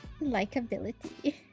Likeability